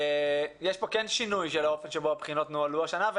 יש שינוי באופן שבו נוהלו הבחינות השנה,